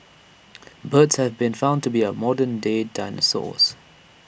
birds have been found to be our modern day dinosaurs